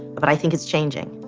but i think it's changing.